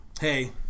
hey